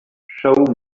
show